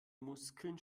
muskeln